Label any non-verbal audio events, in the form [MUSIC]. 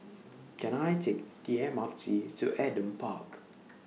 [NOISE] Can I Take The M R T to Adam Park